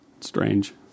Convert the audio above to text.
Strange